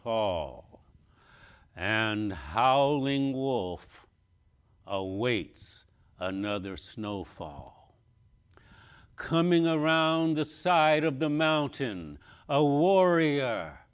fall and how waits another snow fall coming around the side of the mountain warrior